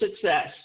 success